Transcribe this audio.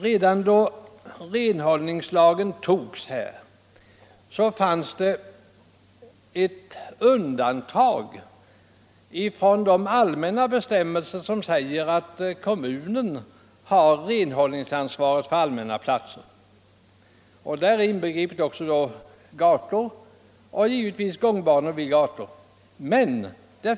Redan då renhållningslagen antogs fanns det ett undantag från de allmänna bestämmelser som säger att kommunen har renhållningsansvaret för allmänna platser, däri inbegripet gator och gångbanor vid gator.